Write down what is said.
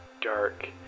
dark